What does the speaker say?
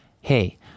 hey